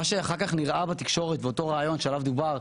מה שאחר כך נראה בתקשורת ואותו ראיון שעליו דובר,